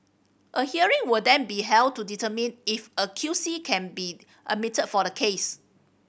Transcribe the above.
a hearing will then be held to determine if a Q C can be admitted for the case